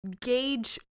gauge